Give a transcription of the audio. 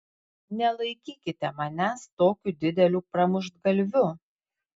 nelaikykite manęs tokiu dideliu pramuštgalviu